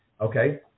Okay